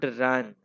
run